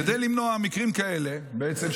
כדי למנוע מקרים כאלה בעצם,